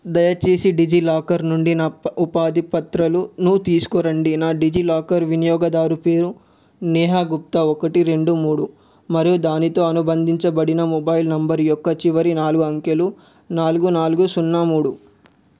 దయచేసి డిజిలాకర్ నుండి నా ఉపాధి పత్రాలను తీసుకురండి నా డిజిలాకర్ వినియోగదారు పేరు నేహ గుప్తా ఒకటి రెండు మూడు మరియు దానితో అనుబంధించబడిన మొబైల్ నంబర్ యొక్క చివరి నాలుగు అంకెలు నాలుగు నాలుగు సున్నా మూడు